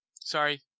Sorry